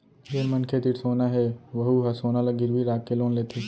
जेन मनखे तीर सोना हे वहूँ ह सोना ल गिरवी राखके लोन लेथे